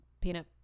peanut